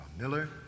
Miller